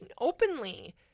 openly